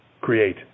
create